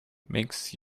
makes